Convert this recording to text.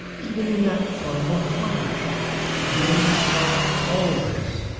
even in that final flash billie saw all this.